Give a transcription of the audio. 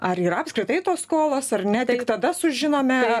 ar yra apskritai tos skolos ar ne tik tada sužinome